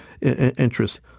interests